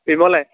বিমলে